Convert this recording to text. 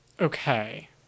Okay